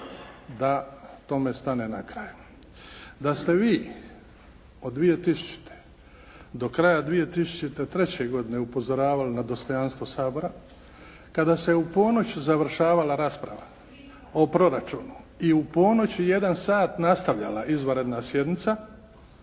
da tome stane na kraj. Da ste vi od 2000. do kraja 2003. godine upozoravali na dostojanstvo Sabora kada se u ponoć završavala rasprava o proračunu i u ponoć i jedan sat nastavljala izvanredna sjednica